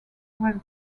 were